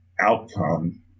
outcome